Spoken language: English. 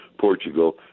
Portugal